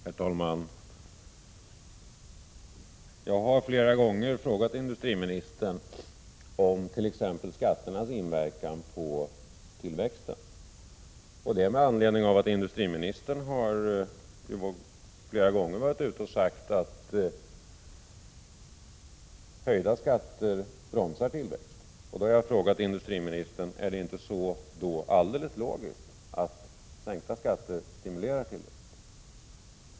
Herr talman! Jag har flera gånger frågat industriministern om t.ex. skatternas inverkan på tillväxten. Det har jag gjort med anledning av att industriministern flera gånger har sagt att höjda skatter bromsar tillväxten. Jag har frågat industriministern om det inte, alldeles logiskt, är så att sänkta skatter stimulerar tillväxten.